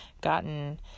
gotten